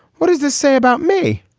what does this say about me.